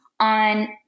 on